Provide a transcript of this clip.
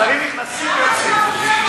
שרים נכנסים ויוצאים.